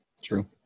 True